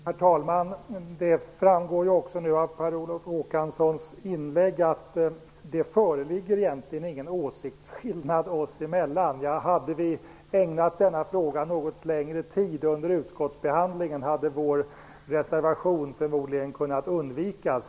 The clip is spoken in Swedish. Herr talman! Det framgår nu av Per Olof Håkanssons inlägg att det egentligen inte föreligger någon åsiktsskillnad oss emellan. Hade vi under utskottsbehandlingen ägnat denna fråga något längre tid, hade vår reservation förmodligen kunnat undvikas.